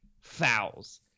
fouls